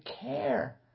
care